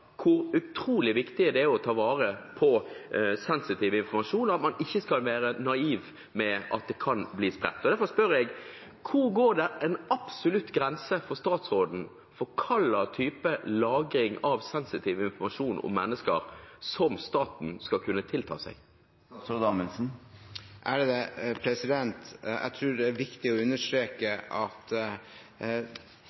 hvor utrolig viktig det er å ta vare på sensitiv informasjon, og at man ikke skal være naiv med tanke på at det kan bli spredt. Derfor spør jeg: Hvor går det en absolutt grense for statsråden for hva slags type lagring av sensitiv informasjon om mennesker som staten skal kunne tilta seg? Jeg tror det er viktig å understreke